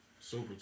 Super